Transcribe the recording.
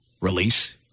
release